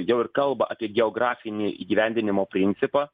jau ir kalba apie geografinį įgyvendinimo principą